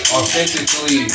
Authentically